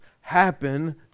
happen